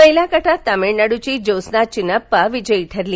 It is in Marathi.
महीला गटात तामिळनाडुची ज्योत्स्ना चिनप्पा विजयी ठरली